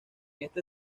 este